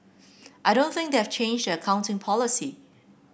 I don't think they have changed their accounting policy